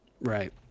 Right